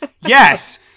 yes